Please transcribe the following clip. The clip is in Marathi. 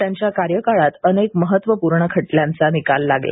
त्यांच्या कार्यकाळात अनेक महत्वपूर्ण खटल्यांचा निकाल लागला